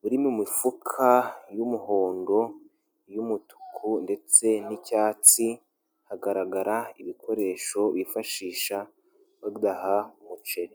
buri mu mifuka y'umuhondo, iy'umutuku ndetse n'icyatsi, hagaragara ibikoresho bifashisha badaha umuceri.